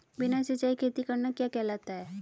बिना सिंचाई खेती करना क्या कहलाता है?